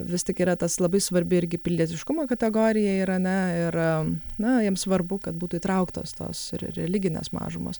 vis tik yra tas labai svarbi irgi pilietiškumo kategorija irane ir na jiems svarbu kad būtų įtrauktos tos ir religinės mažumos